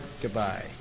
goodbye